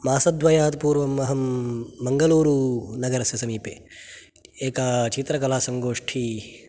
मासद्वयात् पूर्वम् अहं मङ्गलूरुनगरस्य समीपे एका चित्रकलासङ्गोष्ठी